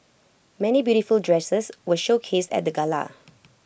many beautiful dresses were showcased at the gala